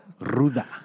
Ruda